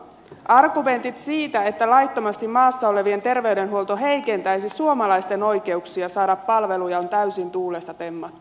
argumentit siitä että laittomasti maassa olevien terveydenhuolto heikentäisi suomalaisten oikeuksia saada palveluja on täysin tuulesta temmattu